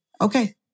okay